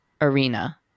arena